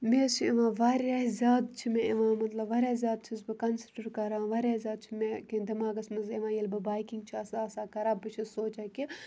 مےٚ حظ چھِ یِوان واریاہ زیادٕ چھِ مےٚ یِوان مطلب واریاہ زیادٕ چھَس بہٕ کَنسِڈَر کَران واریاہ زیادٕ چھِ مےٚ کینٛہہ دٮ۪ماغَس منٛز یِوان ییٚلہِ بہٕ بایکِنٛگ چھَس آسان کَران بہٕ چھَس سونٛچان کہِ